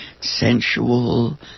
sensual